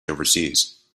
overseas